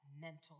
Mental